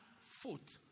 foot